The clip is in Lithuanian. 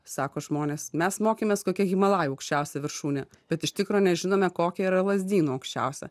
sako žmonės mes mokėmės kokia himalajų aukščiausia viršūnė bet iš tikro nežinome kokia yra lazdynų aukščiausia